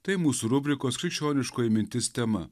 tai mūsų rubrikos krikščioniškoji mintis tema